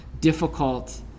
difficult